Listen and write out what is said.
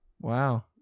wow